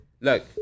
Look